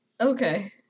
Okay